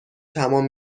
تمام